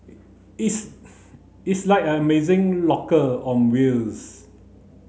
it's its like an amazing locker on wheels